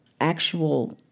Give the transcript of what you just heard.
actual